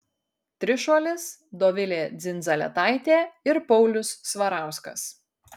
trišuolis dovilė dzindzaletaitė ir paulius svarauskas